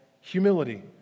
humility